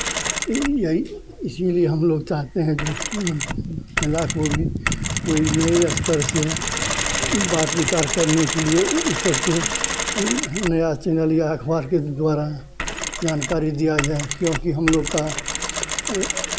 यही है इसीलिए हम लोग चाहते हैं जो महिला को भी कोई नए स्तर से बात विचार करने के लिए वो सब को नया चैनल या अखबार के द्वारा जानकारी दिया जाए क्योंकि हम लोग का